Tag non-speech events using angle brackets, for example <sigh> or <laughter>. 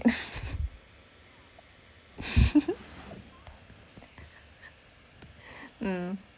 <laughs> mm